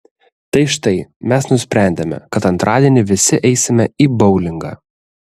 tai štai mes nusprendėme kad antradienį visi eisime į boulingą